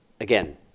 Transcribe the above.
again